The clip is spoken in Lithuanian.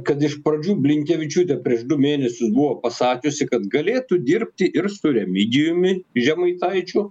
kad iš pradžių blinkevičiūtė prieš du mėnesius buvo pasakiusi kad galėtų dirbti ir su remigijumi žemaitaičiu